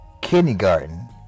kindergarten